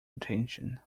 attention